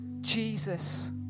Jesus